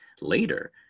later